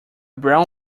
brown